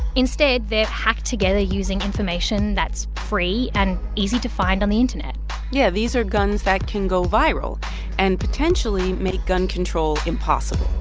instead, they're hacked together using information that's free and easy to find on the internet yeah. these are guns that can go viral and potentially make gun control impossible